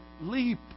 leap